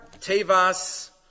Tevas